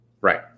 Right